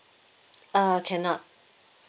uh cannot